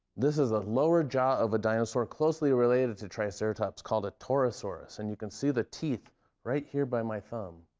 this is a lower jaw of a dinosaur closely related to triceratops called a torosaurus, and you can see the teeth right here by my thumb.